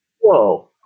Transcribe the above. whoa